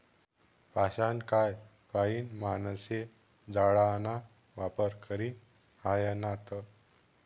पाषाणकाय पाईन माणशे जाळाना वापर करी ह्रायनात